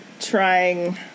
trying